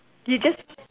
you just